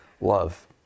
love